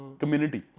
community